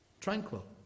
Tranquil